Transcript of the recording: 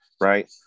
right